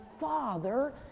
father